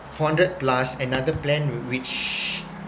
four hundred plus another plan which